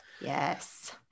yes